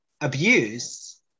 abuse